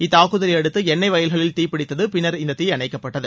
இந்த தாக்குதலையடுத்து எண்ணெய் வயல்களில் தீப்பிடித்தது பின்னர் இந்தத் தீ அணைக்கப்பட்டது